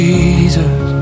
Jesus